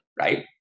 right